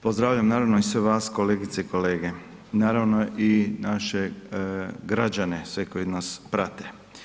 Pozdravljam naravno i sve vas, kolegice i kolege, naravno i naše građane, sve koji nas prate.